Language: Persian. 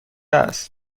است